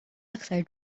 aktar